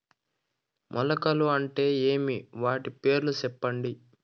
మొలకలు అంటే ఏమి? వాటి పేర్లు సెప్పండి?